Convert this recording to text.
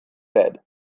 bed